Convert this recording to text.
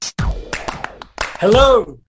hello